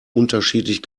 unterschiedlich